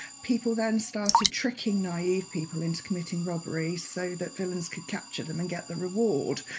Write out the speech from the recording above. people then started tricking naive people into committing robberies so that villains could capture them and get the reward.